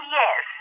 yes